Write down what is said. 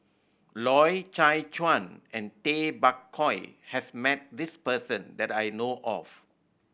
Loy Chye Chuan and Tay Bak Koi has met this person that I know of